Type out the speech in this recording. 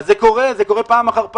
זה קורה פעם אחר פעם.